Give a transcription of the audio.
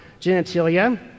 genitalia